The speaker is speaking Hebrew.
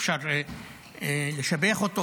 אפשר לשבח אותו,